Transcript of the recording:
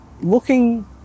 looking